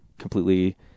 completely